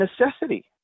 necessity